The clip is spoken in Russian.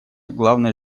главной